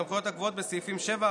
סמכויות הקבועות בסעיפים 7,